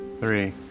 Three